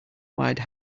wide